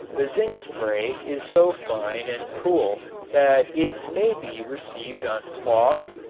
the zinc spray is so fine and cool that it may be received on cloth,